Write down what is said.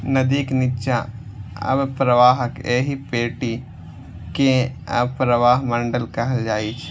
नदीक निच्चा अवप्रवाहक एहि पेटी कें अवप्रवाह मंडल कहल जाइ छै